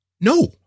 No